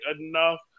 enough